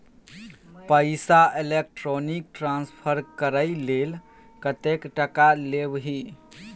पैसा electronic transfer करय लेल कतेक टका लेबही